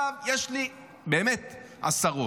יש לי באמת עשרות.